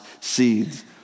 seeds